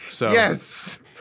Yes